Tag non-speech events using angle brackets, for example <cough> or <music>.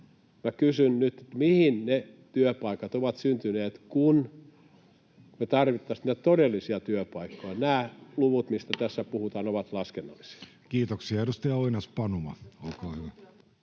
Minä kysyn nyt: mihin ne työpaikat ovat syntyneet, kun me tarvittaisiin todellisia työpaikkoja? <noise> Nämä luvut, mistä tässä puhutaan, ovat laskennallisia. Kiitoksia. — Edustaja Oinas-Panuma, olkaa hyvä.